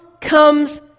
comes